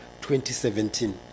2017